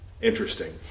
interesting